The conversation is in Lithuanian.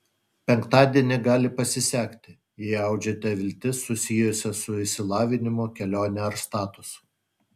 penktadienį gali pasisekti jei audžiate viltis susijusias su išsilavinimu kelione ar statusu